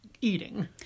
eating